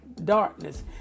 darkness